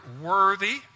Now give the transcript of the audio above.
worthy